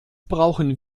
brauchen